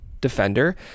defender